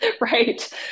Right